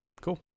cool